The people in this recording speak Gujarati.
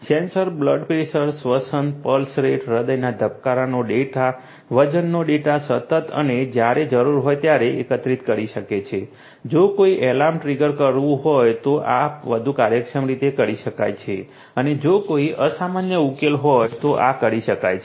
સેન્સર બ્લડ પ્રેશર શ્વસન પલ્સ રેટ હૃદયના ધબકારાનો ડેટા વજનનો ડેટા સતત અને જ્યારે જરૂર હોય ત્યારે એકત્રિત કરી શકે છે જો કોઈ એલાર્મ ટ્રિગર કરવું હોય તો આ વધુ કાર્યક્ષમ રીતે કરી શકાય છે અને જો કોઈ અસામાન્ય ઉકેલ હોય તો આ કરી શકાય છે